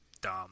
dumb